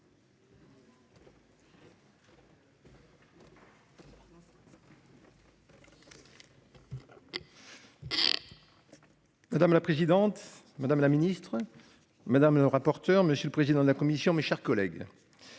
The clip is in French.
Madame la présidente, madame la ministre madame la rapporteure et monsieur le président de la commission et chers collègues.